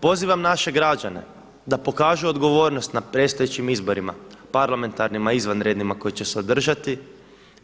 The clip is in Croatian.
Pozivam naše građane da pokažu odgovornost na predstojećim izborima, parlamentarnima, izvanrednima koji će se održati